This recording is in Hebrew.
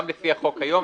גם לפי החוק היום,